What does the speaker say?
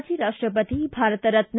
ಮಾಜಿ ರಾಷ್ಟಪತಿ ಭಾರತ ರತ್ನ